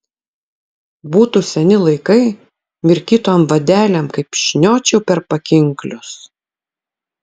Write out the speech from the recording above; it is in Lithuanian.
būtų seni laikai mirkytom vadelėm kaip šniočiau per pakinklius